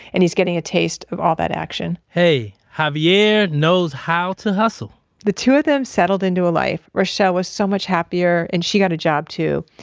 and he's getting a taste of all that action hey, javier knows how to hustle the two of them settled into a life. reshell was so much happier and she got a job too.